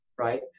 right